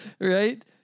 Right